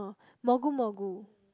Mogu Mogu